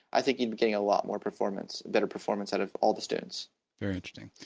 i think you'd be getting a lot more performance, better performance out of all the students very interesting.